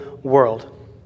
world